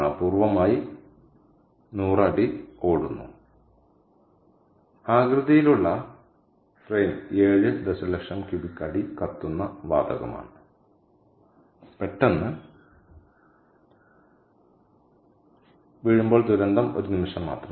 അപൂർവ്വമായി 100 അടി ഓടുന്നു ആകൃതിയിലുള്ള അവളുടെ ഫ്രെയിം ഏഴ് ദശലക്ഷം ക്യുബിക് അടി കത്തുന്ന വാതകമാണ് പെട്ടെന്ന് വീഴുമ്പോൾ ദുരന്തം ഒരു നിമിഷം മാത്രം